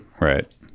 Right